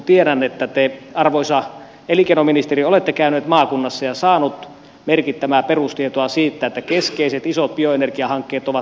tiedän että te arvoisa elinkeinoministeri olette käynyt maakunnassa ja saanut merkittävää perustietoa siitä että keskeiset isot bioenergiahankkeet ovat nyt seis